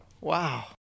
Wow